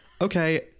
Okay